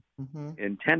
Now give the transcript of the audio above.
Intended